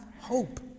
hope